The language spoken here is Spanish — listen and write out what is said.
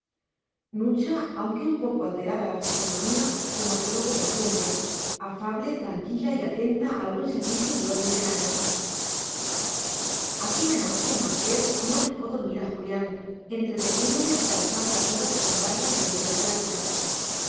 nucha aunque un poco alterada la fisonomía se mostró como siempre afable tranquila y atenta al buen servicio y orden de la mesa aquella noche el marqués no dejó dormir a julián entreteniéndole hasta las altas horas con larga y tendida plática